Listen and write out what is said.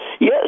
Yes